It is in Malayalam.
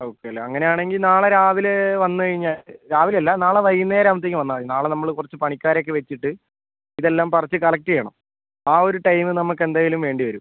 ഓക്കെ അല്ലേ അങ്ങനെ ആണെങ്കിൽ നാളെ രാവിലെ വന്ന് കഴിഞ്ഞാൽ രാവിലെ അല്ല നാളെ വൈകുന്നേരം അവുമ്പോഴത്തേക്ക് വന്നാൽ മതി നാളെ നമ്മൾ കുറച്ച് പണിക്കാരെ ഒക്കെ വെച്ചിട്ട് ഇതെല്ലാം പറിച്ച് കളക്റ്റ് ചെയ്യണം ആ ഒരു ടൈം നമുക്ക് എന്തായാലും വേണ്ടി വരും